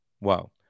Wow